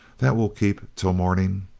that will keep till morning.